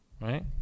right